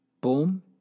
Boom